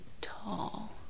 tall